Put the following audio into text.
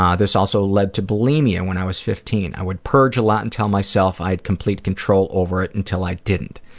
this also led to bulimia when i was fifteen. i would purge a lot and tell myself i had complete control over it until i didn't.